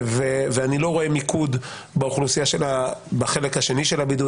ואני לא רואה מיקוד בחלק השני של הבידוד,